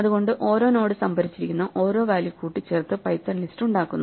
അതുകൊണ്ട് ഓരോ നോഡ് സംഭരിച്ചിരിക്കുന്ന ഓരോ വാല്യൂ കൂട്ടിച്ചേർത്ത് പൈഥൺ ലിസ്റ്റുണ്ടാക്കുന്നു